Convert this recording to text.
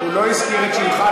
הוא לא הזכיר את שמך,